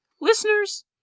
Listeners